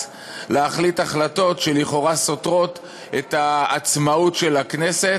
להחליט החלטות שלכאורה סותרות את העצמאות של הכנסת,